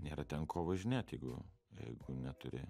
nėra ten ko važinėt jeigu jeigu neturi